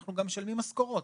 אנחנו גם משלמים משכורות,